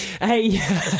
Hey